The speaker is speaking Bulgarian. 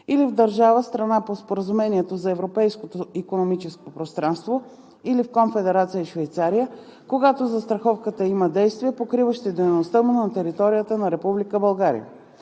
или в държава – страна по Споразумението за Европейското икономическо пространство, или в Конфедерация Швейцария, когато застраховката има действие, покриващо дейността му на територията на Република България.